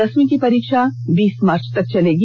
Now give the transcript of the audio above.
दसवीं की परीक्षा बीस मार्च तक चलेगी